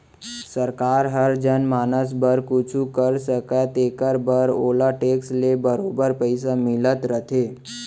सरकार हर जनमानस बर कुछु कर सकय तेकर बर ओला टेक्स ले बरोबर पइसा मिलत रथे